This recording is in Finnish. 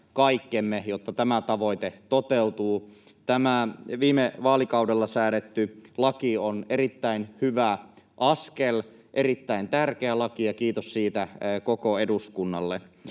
kaikkemme, jotta tämä tavoite toteutuu. Tämä viime vaalikaudella säädetty laki on erittäin hyvä askel, erittäin tärkeä laki, ja kiitos siitä koko eduskunnalle.